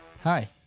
Hi